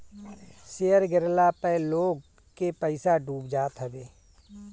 share गिरला पअ लोग के पईसा डूब जात हवे